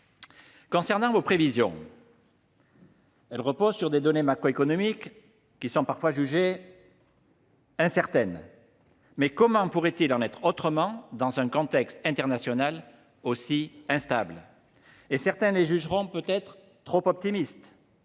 ailleurs, vos prévisions reposent sur des données macroéconomiques parfois considérées comme incertaines. Mais comment pourrait il en être autrement dans un contexte international aussi instable ? Certains les jugeront peut être trop optimistes.